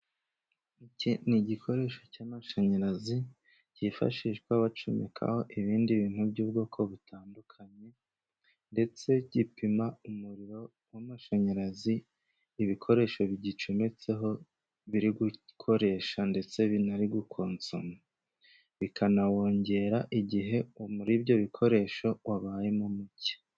Iki ni igikoresho cy'amashanyarazi cyifashishwa bacomekaho ibindi bintu by'ubwoko butandukanye, ndetse gipima umuriro w'amashanyarazi ibikoresho bigicometseho biri gukoresha, ndetse binari gukonsoma, bikanawongera igihe umuriro muri ibyo bikoresho wabayemo muke.